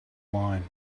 wine